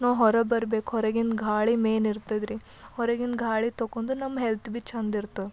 ನಾವು ಹೊರಗೆ ಬರ್ಬೇಕು ಹೊರಗಿನ ಗಾಳಿ ಮೇಯ್ನ್ ಇರ್ತದ್ರೀ ಹೊರಗಿನ ಗಾಳಿ ತೊಗೊಂಡು ನಮ್ಮ ಹೆಲ್ತ್ ಭೀ ಚೆಂದ ಇರ್ತ್